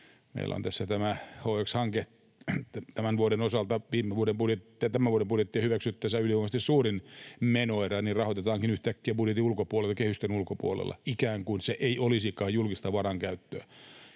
Meillä on tässä tämä HX-hanke tämän vuoden osalta, tämän vuoden budjettia hyväksyttäessä ylivoimaisesti suurin menoerä. Se rahoitetaankin yhtäkkiä budjetin ulkopuolelta, kehysten ulkopuolelta, ikään kuin se ei olisikaan julkista varainkäyttöä.